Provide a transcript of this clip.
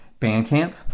Bandcamp